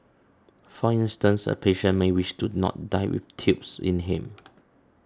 for instance a patient may wish to not die with tubes in him